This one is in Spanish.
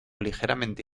ligeramente